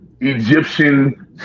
Egyptian